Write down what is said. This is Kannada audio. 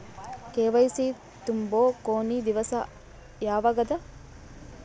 ಕೆ.ವೈ.ಸಿ ತುಂಬೊ ಕೊನಿ ದಿವಸ ಯಾವಗದ?